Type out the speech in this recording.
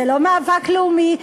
זה לא מאבק לאומי,